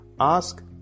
Ask